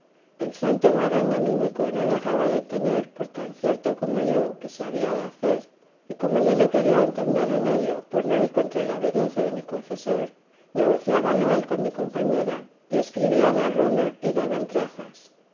el santo varón dominico no dejaba de tener por tan cierto como yo que se había de hacer y como yo no quería entender en ello por ir contra la obediencia de mi confesor negociábalo él con mi compañera y escribían a roma y daban trazas